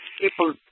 people